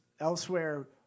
elsewhere